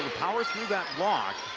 power through that block.